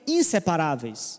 inseparáveis